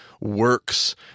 works